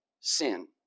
sin